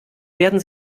werden